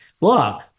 look